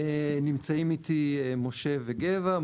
נמצאים איתי משה וגבע.